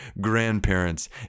grandparents